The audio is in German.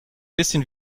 bisschen